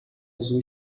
azul